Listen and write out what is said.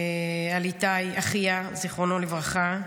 על איתי, אחיה, זיכרונו לברכה,